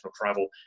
travel